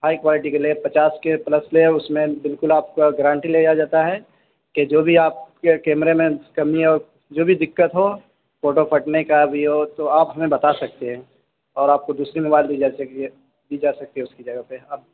high quality کا لیں پچاس کے پلس لیں اس میں بالکل آپ کو گارنٹی لیا جاتا ہے کہ جو بھی آپ کے کیمرے میں کمیاں جو بھی دقت ہو فوٹو فٹنے کا بھی ہو تو آپ ہمیں بتا سکتے ہیں اور آپ کو دوسری موبائل دی جا سکتی ہے دی جا سکتی ہے اس کی جگہ پہ